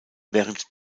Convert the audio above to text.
während